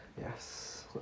yes